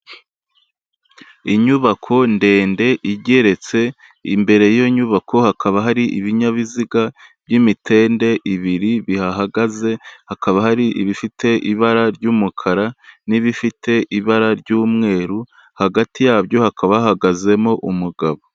Inyubako ndende igeretse, imbere y'iyo nyubako hakaba hari ibinyabiziga by'imitende ibiri bihahagaze, hakaba hari ibifite ibara ry'umukara n'ibifite ibara ry'umweru, hagati yabyo hakaba hahagazemo umugabo.